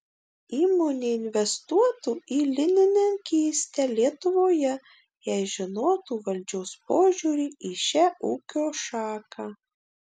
įmonė investuotų į linininkystę lietuvoje jei žinotų valdžios požiūrį į šią ūkio šaką